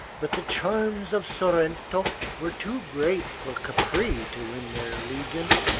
but the charms of sorrento were too great for capri to win their allegiance,